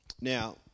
Now